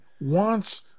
wants